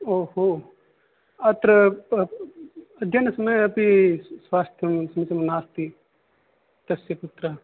ओहो अत्र अध्ययनसमयेऽपि स्वास्थ्यं समिचीनं नास्ति तस्य पुत्रः